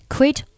Quit